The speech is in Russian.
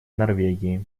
норвегии